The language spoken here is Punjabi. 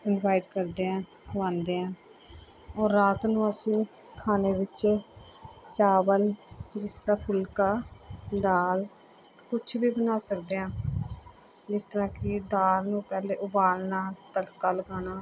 ਇਨਵਾਈਟ ਕਰਦੇ ਹਾਂ ਖੁਆਉਂਦੇ ਹਾਂ ਔਰ ਰਾਤ ਨੂੰ ਅਸੀਂ ਖਾਣੇ ਵਿੱਚ ਚਾਵਲ ਜਿਸ ਤਰ੍ਹਾਂ ਫੁਲਕਾ ਦਾਲ ਕੁਛ ਵੀ ਬਣਾ ਸਕਦੇ ਹਾਂ ਜਿਸ ਤਰ੍ਹਾਂ ਕਿ ਦਾਲ ਨੂੰ ਪਹਿਲੇ ਉਬਾਲਣਾ ਤੜਕਾ ਲਗਾਉਣਾ